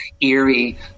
eerie